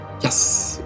Yes